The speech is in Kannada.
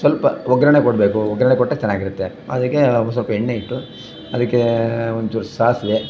ಸ್ವಲ್ಪ ಒಗ್ಗರಣೆ ಕೊಡಬೇಕು ಒಗ್ಗರಣೆ ಕೊಟ್ಟರೆ ಚೆನ್ನಾಗಿರುತ್ತೆ ಅದಕ್ಕೆ ಸ್ವಲ್ಪ ಎಣ್ಣೆ ಇಟ್ಟು ಅದಕ್ಕೆ ಒಂಚೂರು ಸಾಸಿವೆ